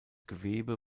gewebe